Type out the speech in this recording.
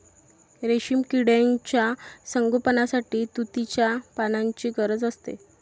रेशीम किड्यांच्या संगोपनासाठी तुतीच्या पानांची गरज असते